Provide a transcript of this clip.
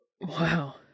Wow